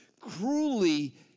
cruelly